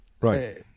Right